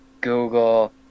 Google